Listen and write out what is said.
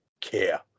care